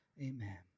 Amen